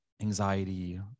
anxiety